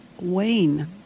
Wayne